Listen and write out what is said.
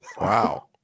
Wow